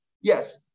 Yes